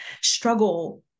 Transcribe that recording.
struggle